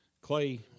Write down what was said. Clay